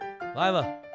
Lila